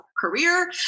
career